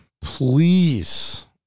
please